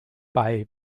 bei